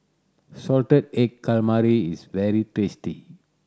salted egg calamari is very tasty